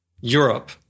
Europe